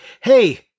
Hey